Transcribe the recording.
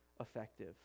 effective